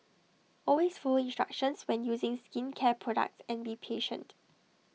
always follow instructions when using skincare products and be patient